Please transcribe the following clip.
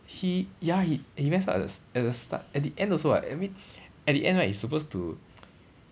he ya he he messed up the at the start at the end also [what] I mean at the end right he suppose to